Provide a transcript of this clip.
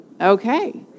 Okay